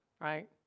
right